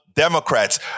Democrats